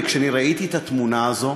כשראיתי את התמונה הזאת